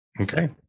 Okay